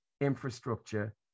infrastructure